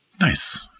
Nice